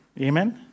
amen